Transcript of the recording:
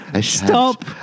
Stop